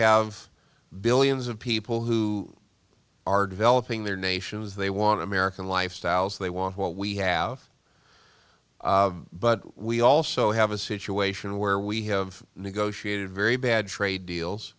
have billions of people who are developing their nations they want american lifestyles they want what we have but we also have a situation where we have negotiated very bad trade deals